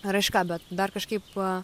raiška bet dar kažkaip